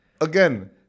again